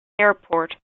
airport